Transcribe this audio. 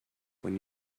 when